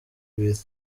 with